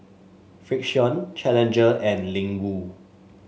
Frixion Challenger and Ling Wu